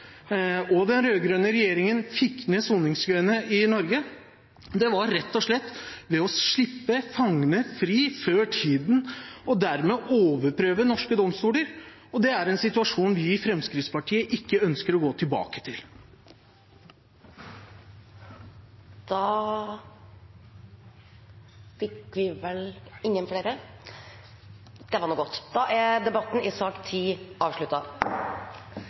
og den rød-grønne regjeringen fikk ned soningskøene i Norge. Det var rett og slett ved å slippe fangene fri før tiden og dermed overprøve norske domstoler, og det er en situasjon vi i Fremskrittspartiet ikke ønsker å gå tilbake til. Flere har ikke bedt om ordet til sak